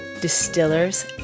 distillers